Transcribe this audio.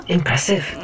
Impressive